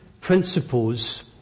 principles